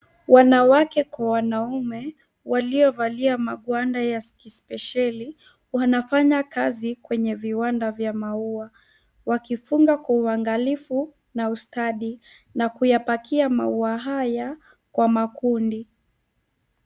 Wanawake kwa wanaume waliovalia magwanda ya kispesheli wanafanya kazi kwenye iwanda vya maua. Wakifunga kwa uangalifu na ustadi na kuyapakia maua haya kwa makundi.